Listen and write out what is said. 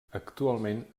actualment